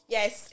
Yes